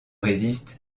résiste